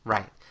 Right